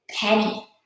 Penny